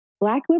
Black